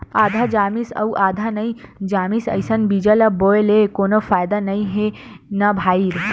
आधा जामिस अउ आधा नइ जामिस अइसन बीजा ल बोए ले कोनो फायदा नइ हे न भईर